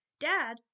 Dad